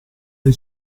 dal